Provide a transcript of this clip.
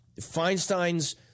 Feinstein's